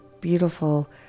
beautiful